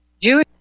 Jewish